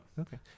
Okay